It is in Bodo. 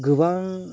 गोबां